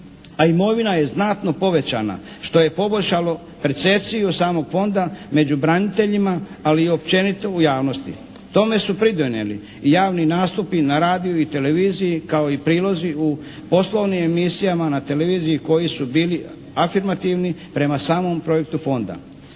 a imovina je znatno povećana što je poboljšalo percepciju samog Fonda među braniteljima, ali i općenito u javnosti. Tomu su pridonijeli i javni nastupi na radiju i televiziji kao i prilozi u poslovnim emisijama, na televiziji koje su bili afirmativni prema samom projektu Fonda.